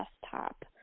desktop